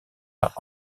par